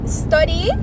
study